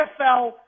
NFL –